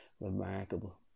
remarkable